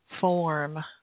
form